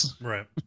Right